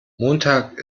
montag